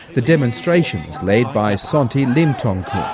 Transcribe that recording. the demonstrations, led by sondhi limthongkul.